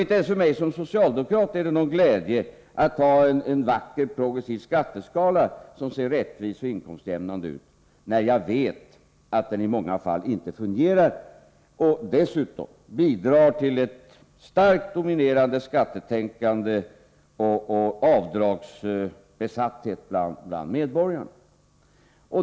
Inte ens för mig som socialdemokrat är det någon glädje att ha en vacker progressiv skatteskala som ser rättvis och inkomstutjämnande ut, när jag vet att den i många fall inte fungerar och dessutom bidrar till ett starkt dominerande skattetänkande och en ”avdragsbesatthet” bland medborgarna.